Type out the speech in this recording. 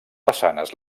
façanes